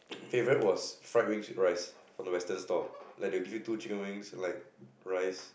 favourite was fried wings with rice from the Western stall like they would give you two chicken wings and like rice